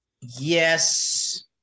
Yes